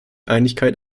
einigkeit